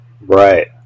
Right